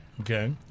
Okay